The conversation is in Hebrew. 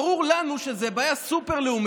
ברור לנו שזו בעיה סופר-לאומית,